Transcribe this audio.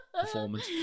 performance